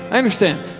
i understand.